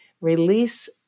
release